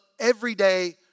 everyday